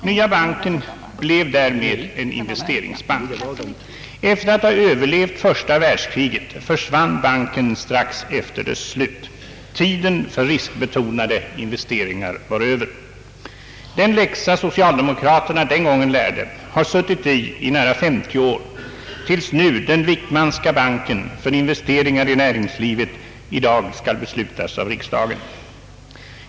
Nya banken blev därmed en investeringsbank. Efter att ha överlevt första världskriget försvann banken strax efter dess slut. Tiden för riskbetonade investeringar var Över. Den läxa socialdemokraterna den gången lärde har suttit i under nära 50 år, tills nu den Wickmanska banken för investeringar i näringslivet i dag skall beslutas av riksdagen.